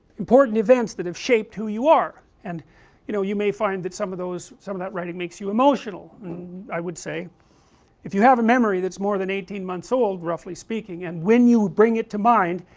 important events that have shaped who you are, and you know, you may find that some of those, some of that writing makes you emotional, and i would say if you have a memory that is more than eighteen months old, roughly speaking and when you bring it to mind,